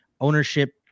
ownership